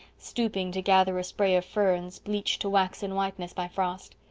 stooping to gather a spray of ferns, bleached to waxen whiteness by frost.